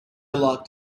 locked